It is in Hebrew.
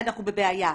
אנחנו בבעיה.